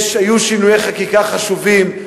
היו שינויי חקיקה חשובים,